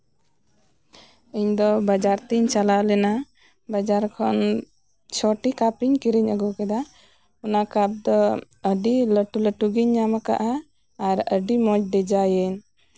ᱤᱧ ᱫᱚ ᱵᱟᱡᱟᱨ ᱛᱤᱧ ᱪᱟᱞᱟᱣ ᱞᱮᱱᱟ ᱵᱟᱡᱟᱨ ᱠᱷᱚᱱ ᱪᱷᱚᱴᱤ ᱠᱟᱯᱤᱧ ᱠᱤᱨᱤᱧ ᱟᱜᱩ ᱠᱮᱫᱟ ᱚᱱᱟ ᱠᱟᱯ ᱫᱚ ᱟᱹᱰᱤ ᱞᱟᱴᱩᱼᱞᱟᱴᱩ ᱜᱤᱧ ᱧᱟᱢ ᱠᱟᱜᱼᱟ ᱟᱨ ᱟᱹᱰᱤ ᱢᱚᱡᱽ ᱰᱤᱡᱟᱭᱤᱱ